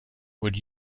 would